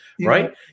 right